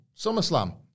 SummerSlam